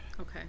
Okay